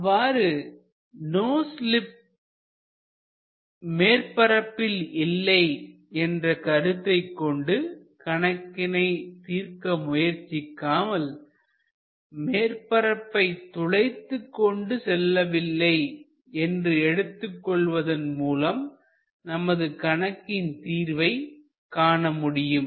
அவ்வாறு no slip மேற்பரப்பில் இல்லை என்ற கருத்தைக் கொண்டு கணக்கினை தீர்க்க முயற்சிக்காமல் மேற்பரப்பை துளைத்துக் கொண்டு செல்லவில்லை என்று எடுத்துக் கொள்வதன் மூலம் நமது கணக்கில் தீர்வைக் காண முடியும்